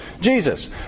Jesus